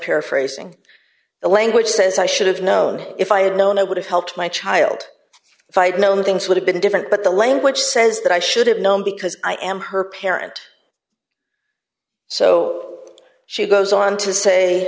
paraphrasing the language says i should have known if i had known i would have helped my child if i had known things would have been different but the language says that i should have known because i am her parent so she goes on to say